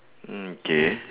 mm okay